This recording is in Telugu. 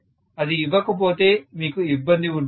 అది ఇవ్వకపోతే మీకు ఇబ్బంది ఉంటుంది